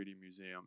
Museum